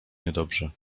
niedobrze